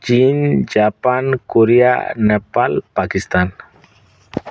Chin Japan Korea Nepal Pakistan